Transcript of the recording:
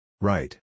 Right